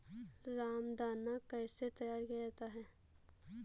रामदाना कैसे तैयार किया जाता है?